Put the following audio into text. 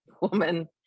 woman